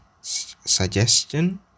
suggestion